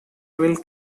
will